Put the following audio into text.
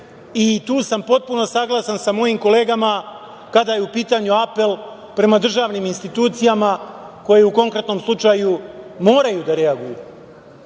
i tu sam potpuno saglasan sa mojim kolega kada je u pitanju apel prema državnim institucijama koje u konkretnom slučaju moraju da reaguju. Imunitet